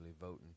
voting